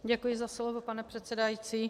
Děkuji za slovo, pane předsedající.